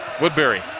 Woodbury